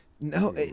no